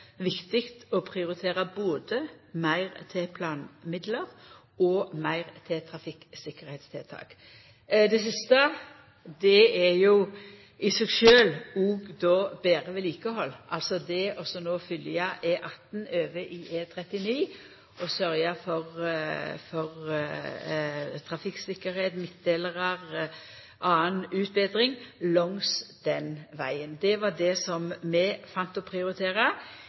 viktig å prioritera både meir til planmidlar og meir til trafikktryggleikstiltak. Det siste er jo i seg sjølv òg betre vedlikehald – altså det å følgja E18 over i E39 og sørgja for trafikktryggleik, midtdelarar og annan utbetring langs den vegen. Det var det vi fann å prioritera